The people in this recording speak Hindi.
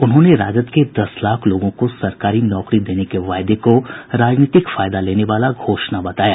उन्होंने राजद के दस लाख लोगों को सरकारी नौकरी देने के वायदे को राजनीतिक फायदा लेने वाला घोषणा बताया